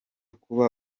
kuba